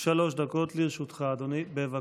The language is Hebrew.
שלוש דקות לרשותך, אדוני, בבקשה.